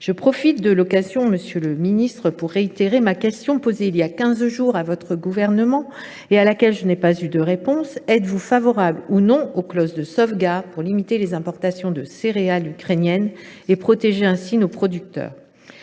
Je profite de l’occasion, monsieur le ministre, pour réitérer la question que j’ai posée ici même il y a quinze jours à votre gouvernement et à laquelle je n’ai pas eu de réponse : êtes vous ou non favorable aux clauses de sauvegarde pour limiter les importations de céréales ukrainiennes et protéger ainsi nos producteurs ?